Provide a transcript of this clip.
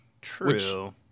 True